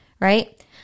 right